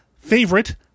favorite